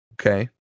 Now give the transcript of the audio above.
Okay